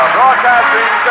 Broadcasting